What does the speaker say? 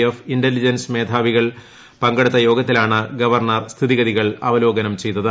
F intelligence മേധാവികൾ പങ്കെടുത്ത യോഗത്തിലാണ് ഗവർണർ സ്ഥിതിഗതികൾ അവലോകനം ചെയ്തത്